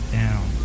down